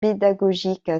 pédagogique